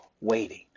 waiting